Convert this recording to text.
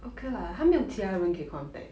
okay lah 有没有其他人可以 contact